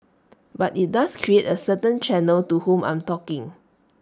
but IT does create A certain channel to whom I'm talking